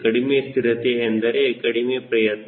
ಕಡಿಮೆ ಸ್ಥಿರತೆ ಎಂದರೆ ಕಡಿಮೆ ಪ್ರಯತ್ನ